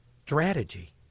Strategy